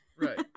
Right